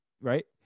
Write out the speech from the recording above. right